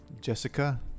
Jessica